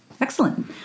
Excellent